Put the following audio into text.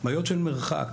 בעיות של מרחק,